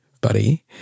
buddy